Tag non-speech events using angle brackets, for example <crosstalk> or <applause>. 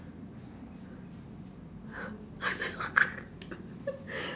<laughs>